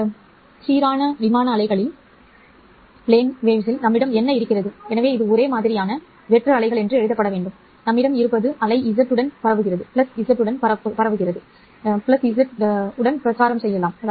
இந்த சீரான விமான அலைகளில் நம்மிடம் என்ன இருக்கிறது எனவே இது ஒரே மாதிரியான வெற்று அலைகள் என்று எழுதப்பட வேண்டும் நம்மிடம் இருப்பது அலை z உடன் பரப்புகிறது அல்லது அது z உடன் பிரச்சாரம் செய்யலாம்